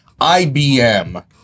IBM